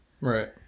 Right